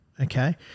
okay